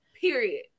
Period